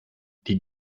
die